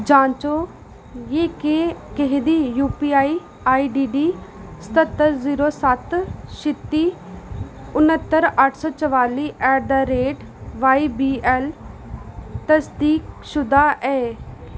जांचो जे केह् कुसै दी यूपीआई आईडीडी सतह्त्तर जीरो सत्त छित्ती न्हत्तर अट्ठ सौ चरताली at the rate Y B L तसदीकशुदा ऐ